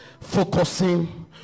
focusing